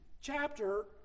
chapter